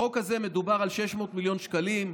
בחוק הזה מדובר על 600 מיליון שקלים,